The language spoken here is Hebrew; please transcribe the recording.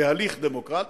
בהליך דמוקרטי,